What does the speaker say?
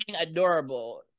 adorable